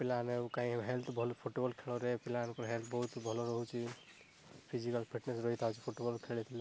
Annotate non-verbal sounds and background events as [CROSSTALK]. ପିଲାମାନେ ଆଉ କାଇଁ ହେଲଥ ଭଲ ଫୁଟବଲ ଖେଳରେ ପିଲାମାନଙ୍କୁ ହେଲଥ ବହୁତ ଭଲ ରହୁଛି ଫିଜିକାଲ ଫିଟନେସ [UNINTELLIGIBLE] ଫୁଟବଲ ଖେଳିଥିଲେ